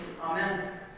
Amen